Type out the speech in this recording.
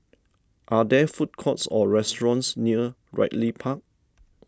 are there food courts or restaurants near Ridley Park